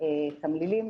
תמלילים